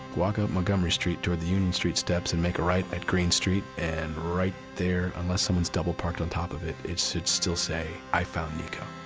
walk up montgomery street toward the union street steps and make a right at green street. and right there, unless someone's double-parked on top of it, it should still say, i found nikko.